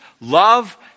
love